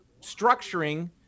structuring